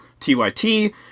TYT